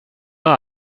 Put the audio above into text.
har